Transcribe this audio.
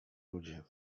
ludzie